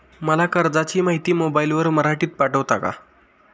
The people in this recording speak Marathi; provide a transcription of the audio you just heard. मला कर्जाची माहिती मोबाईलवर मराठीत पाठवता का?